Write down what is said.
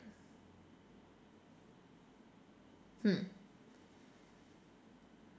hmm